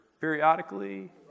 periodically